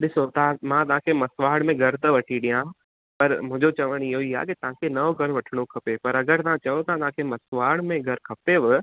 ॾिसो तव्हां मां तव्हां खे मसुवाड़ में घरि थो वठी ॾिया पर मुंहिंजो चवणु इहो ई आहे के तव्हां खे नओं घरि वठिणो खपे पर अगरि तव्हां चओ था न के मसुवाड़ में घरि खपेव